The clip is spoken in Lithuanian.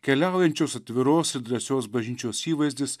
keliaujančios atviros ir drąsios bažnyčios įvaizdis